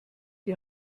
die